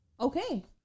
Okay